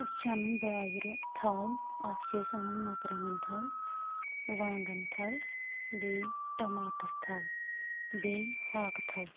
أسۍ چھِ انان بازرٕ تھل اکھ چھِ أسۍ انان مرژٕوانٛگن تھل وانٛگن تھل بیٚیہِ ٹماٹر تھل بیٚیہِ ہاکہٕ تھل